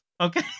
okay